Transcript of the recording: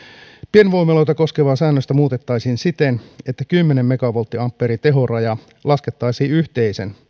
pienvoimaloita koskevaa säännöstä muutettaisiin siten että kymmenen megavolttiampeerin tehoraja laskettaisiin yhteisen